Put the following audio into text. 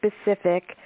specific